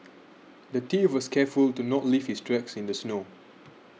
the thief was careful to not leave his tracks in the snow